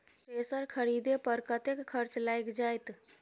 Thresher खरीदे पर कतेक खर्च लाईग जाईत?